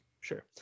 Sure